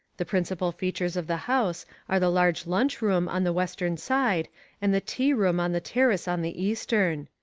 the principal features of the house are the large lunch room on the western side and the tea-room on the terrace on the eastern.